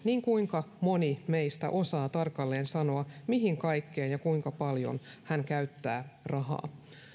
kuinka moni meistä osaa tarkalleen sanoa mihin kaikkeen ja kuinka paljon hän käyttää rahaa